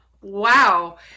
wow